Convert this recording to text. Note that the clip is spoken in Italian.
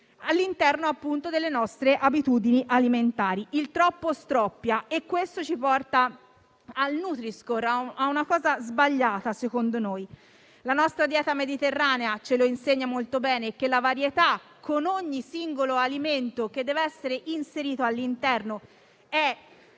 all'interno delle nostre abitudini alimentari. Il troppo stroppia: questo porta al nutri-score, che secondo noi è un metodo sbagliato. La nostra dieta mediterranea ci insegna molto bene che la varietà, con ogni singolo alimento che deve essere inserito all'interno